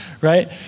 right